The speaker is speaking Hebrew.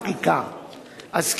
דבריך.